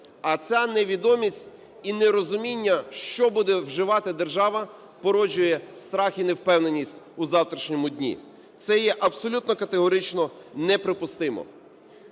А ця невідомість і нерозуміння, що буде вживати держава породжує страх і невпевненість у завтрашньому дні. Це є абсолютно категорично неприпустимо.